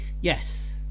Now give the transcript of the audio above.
yes